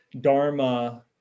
Dharma